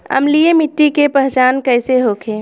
अम्लीय मिट्टी के पहचान कइसे होखे?